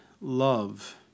love